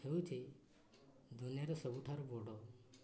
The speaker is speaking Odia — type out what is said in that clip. ହେଉଛି ଦୁନିଆରେ ସବୁଠାରୁ ବଡ଼